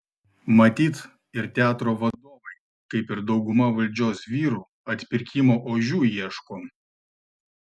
matyt ir teatro vadovai kaip ir dauguma valdžios vyrų atpirkimo ožių ieško